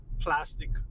plastic